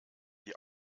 die